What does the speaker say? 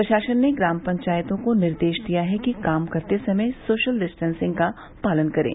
प्रशासन ने ग्राम पंचायतों को निर्देश दिया है कि काम करते समय सोशल डिस्टेंसिंग का पालन करें